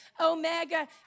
Omega